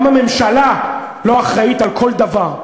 גם הממשלה לא אחראית על כל דבר.